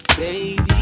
Baby